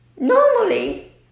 normally